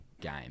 game